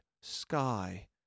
Sky